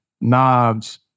knobs